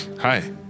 Hi